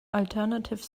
alternative